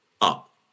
Up